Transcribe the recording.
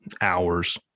hours